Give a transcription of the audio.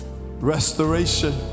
restoration